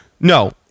no